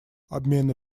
обмены